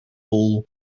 all